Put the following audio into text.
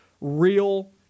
real